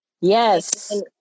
Yes